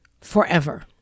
forever